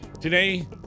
Today